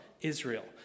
Israel